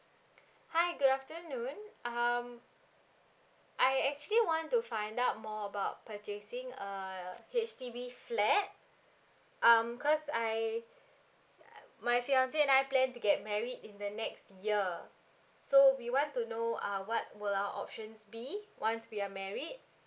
hi good afternnon um I actually want to find out more about purchasing a H_D_B flat um cause I my fiancé and I plan to get married in the next year so we want to know uh what will our options be once we are married